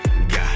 God